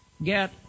Get